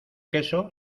queso